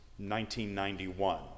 1991